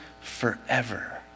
forever